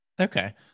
Okay